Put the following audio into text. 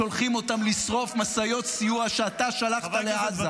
שולחים אותן לשרוף משאיות סיוע שאתה שלחת לעזה.